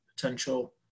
potential